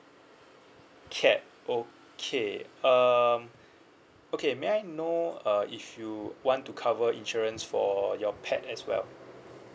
cat okay um okay may I know uh if you want to cover insurance for your pet as well